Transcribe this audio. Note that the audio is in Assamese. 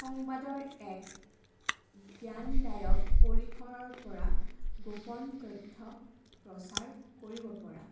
সংবাদৰ এক জ্ঞানদায়ক পৰিসৰৰপৰা গোপন তথ্য প্ৰচাৰ কৰিবপৰা